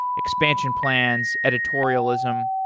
expansion plans, editorialism.